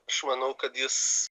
aš manau kad jis